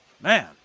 man